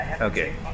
Okay